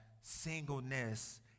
singleness